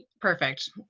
Perfect